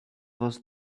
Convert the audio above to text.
was